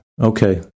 okay